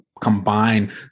combine